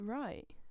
Right